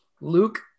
Luke